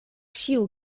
sił